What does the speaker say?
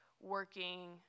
working